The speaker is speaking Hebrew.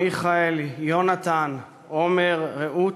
מיכאל, יונתן, עומר ורעות,